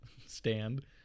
stand